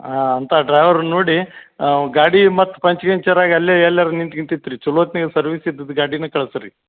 ಹಾಂ ಅಂಥ ಡ್ರೈವರನ್ನು ನೋಡಿ ಗಾಡಿ ಮತ್ತು ಪಂಚ್ ಗಿಂಚರ್ ಆಗಿ ಅಲ್ಲೇ ಎಲ್ಲಾರೂ ನಿಂತು ಗಿಂತೀತು ರಿ ಚಲೋತ್ನಾಗ ಸರ್ವಿಸ್ ಇದ್ದದ್ದು ಗಾಡಿನೇ ಕಳ್ಸಿ ರೀ